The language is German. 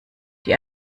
die